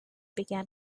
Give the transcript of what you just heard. began